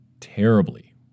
terribly